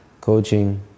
coaching